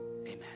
amen